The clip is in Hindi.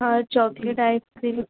और चॉकलेट आइसक्रीम